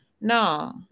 No